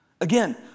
Again